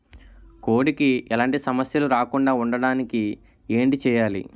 కోడి కి ఎలాంటి సమస్యలు రాకుండ ఉండడానికి ఏంటి చెయాలి?